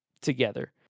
together